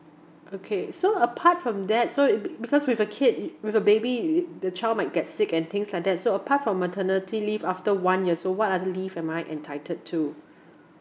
okay so apart from that so be~ because with a kid with a baby the child might get sick and things like that so apart from maternity leave after one year so what are the leave am I entitled to